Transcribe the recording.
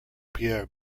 pierre